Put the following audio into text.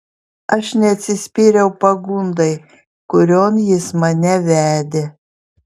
aš neatsispyriau pagundai kurion jis mane vedė